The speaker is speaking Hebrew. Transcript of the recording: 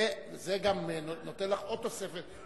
זה גם נותן לך עוד תוספת.